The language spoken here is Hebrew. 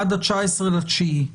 עד ה-19.9,